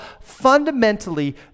fundamentally